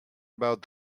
about